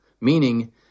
meaning